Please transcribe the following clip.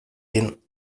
den